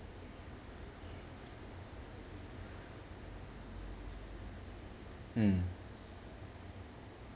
mm